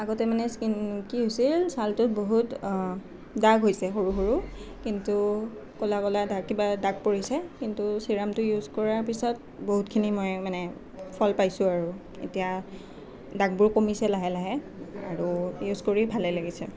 আগতে মানে স্কীন কি হৈছিল চালটো বহুত দাগ হৈছে সৰু সৰু কিন্তু ক'লা ক'লা দাগ কিবা দাগ পৰিছে কিন্তু চিৰামটো ইউজ কৰাৰ পিছত বহুতখিনি মই মানে ফল পাইছোঁ আৰু এতিয়া দাগবোৰ কমিছে লাহে লাহে আৰু ইউজ কৰি ভালেই লাগিছে